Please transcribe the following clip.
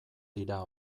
dira